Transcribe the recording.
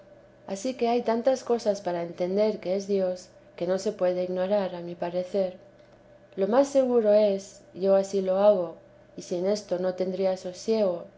ansí que hay tantas cosas para entender que es dios que no se puede ignorar a mi parecer lo más seguro es yo ansí lo hago y sin esto no temía sosiego